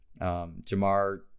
Jamar